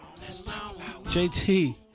JT